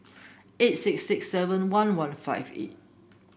eight six six seven one one five eight